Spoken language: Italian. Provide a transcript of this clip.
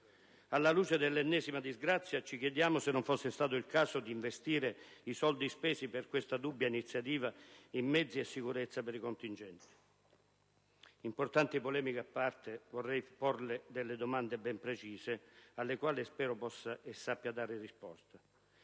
Alla luce dell'ennesima disgrazia ci chiediamo se non sarebbe stato il caso di investire i soldi spesi per questa dubbia iniziativa in mezzi e sicurezza per i contingenti. Importanti polemiche a parte, vorrei porle delle domande ben precise, alle quali spero possa e sappia dare una risposta.